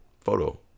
photo